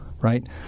right